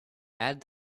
add